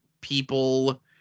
people